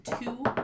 two